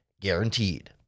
guaranteed